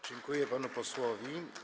Dziękuję panu posłowi.